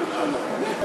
רק באוזן אחת.